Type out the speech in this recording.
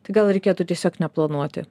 tai gal reikėtų tiesiog neplanuoti